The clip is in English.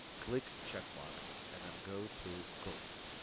click check box and then go to codeless